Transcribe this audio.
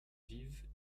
vives